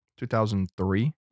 2003